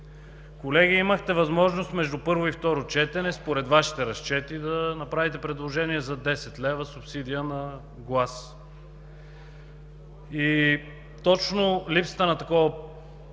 Колеги, имахте възможност между първо и второ четене, според Вашите разчети, да направите предложение за десет лева субсидия на глас. И точно липсата на такова